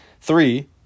three